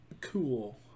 cool